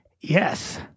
yes